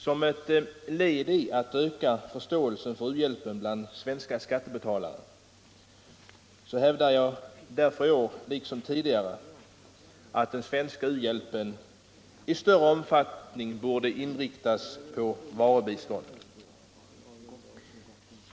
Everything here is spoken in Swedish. Som ett led i strävan att öka förståelsen för u-hjälpen bland svenska skattebetalare hävdar jag därför i år liksom tidigare att den svenska uhjälpen i större omfattning borde inriktas på varubistånd.